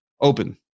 open